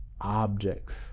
objects